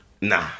nah